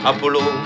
Apollo